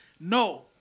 No